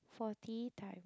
forty time